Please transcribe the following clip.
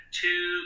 two